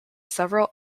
several